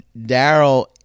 Daryl